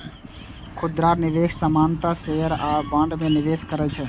खुदरा निवेशक सामान्यतः शेयर आ बॉन्ड मे निवेश करै छै